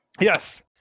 Yes